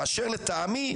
כאשר לטעמי,